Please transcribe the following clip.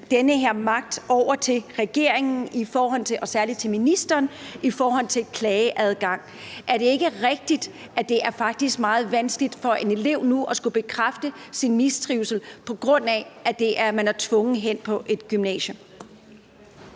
den her magt over til regeringen, og særlig til ministeren, i forhold til klageadgang. Er det ikke rigtigt, at det faktisk er meget vanskeligt for en elev nu at skulle bekræfte sin mistrivsel, på grund af at man er tvunget hen på et bestemt